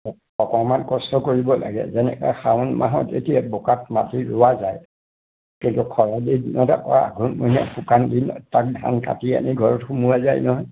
অকণমান কষ্ট কৰিব লাগে যেনেকৈ শাওন মাহত এতিয়া বোকাত মাটি ৰোৱা যায় কিন্তু খৰালি দিনতে কৰা শাওন মহীয়া শুকান দিনত তাক ধান কাটি আনি তাক ঘৰত সোমোৱা যায় নহয়